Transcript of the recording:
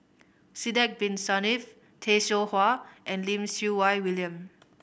Sidek Bin Saniff Tay Seow Huah and Lim Siew Wai William